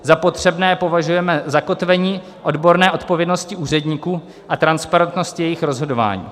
Za potřebné považujeme zakotvení odborné odpovědnosti úředníků a transparentnosti jejich rozhodování.